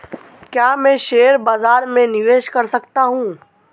क्या मैं शेयर बाज़ार में निवेश कर सकता हूँ?